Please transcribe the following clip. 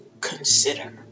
consider